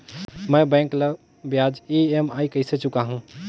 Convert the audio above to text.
मैं बैंक ला ब्याज ई.एम.आई कइसे चुकाहू?